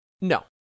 No